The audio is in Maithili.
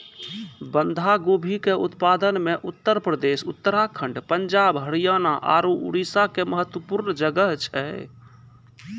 बंधा गोभी के उत्पादन मे उत्तर प्रदेश, उत्तराखण्ड, पंजाब, हरियाणा आरु उड़ीसा के महत्वपूर्ण जगह छै